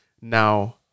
now